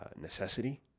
necessity